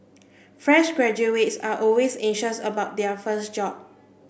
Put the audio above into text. fresh graduates are always anxious about their first job